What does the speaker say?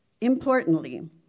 Importantly